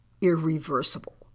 irreversible